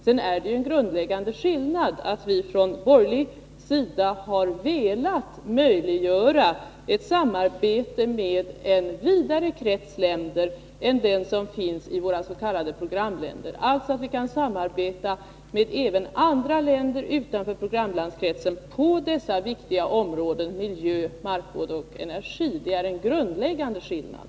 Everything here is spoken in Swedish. Sedan är det en grundläggande skillnad att vi från borgerlig sida har velat möjliggöra ett samarbete med en vidare krets länder än den som innefattas i våra programländer. Vi vill att man skall kunna samarbeta även med andra länder, utanför programlandskretsen, på dessa viktiga områden — miljövård, markvård och energi. Det är, som sagt, en grundläggande skillnad.